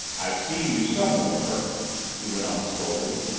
i've seen you somewhere he went on slowly.